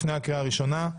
לפני הקריאה הראשונה.